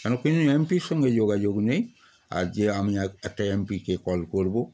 কেন কি না এম পির সঙ্গে যোগাযোগ নেই আজ যে আমি একটা এম পিকে কল করব